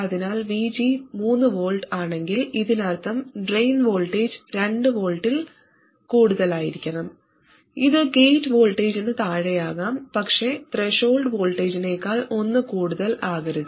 അതിനാൽ VG 3 V ആണെങ്കിൽ ഇതിനർത്ഥം ഡ്രെയിൻ വോൾട്ടേജ് 2 V ൽ കൂടുതലായിരിക്കണം ഇത് ഗേറ്റ് വോൾട്ടേജിന് താഴെയാകാം പക്ഷേ ത്രെഷോൾഡ് വോൾട്ടേജിനേക്കാൾ ഒന്ന് കൂടുതൽ ആകരുത്